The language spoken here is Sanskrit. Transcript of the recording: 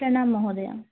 प्रणामः महोदया